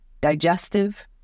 digestive